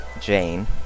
Jane